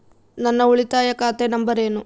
ನನ್ನ ಉಳಿತಾಯ ಖಾತೆ ನಂಬರ್ ಏನು?